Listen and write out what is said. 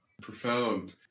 profound